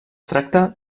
tracta